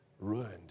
ruined